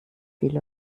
viel